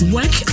Work